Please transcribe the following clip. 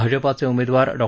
भाजपाचे उमेदवार डॉ